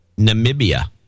Namibia